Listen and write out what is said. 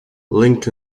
link